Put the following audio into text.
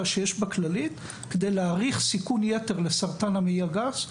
שיש בכללית כדי להעריך סיכון יתר לסרטן המעי הגס.